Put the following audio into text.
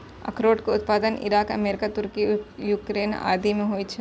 अखरोट के उत्पादन ईरान, अमेरिका, तुर्की, यूक्रेन आदि मे होइ छै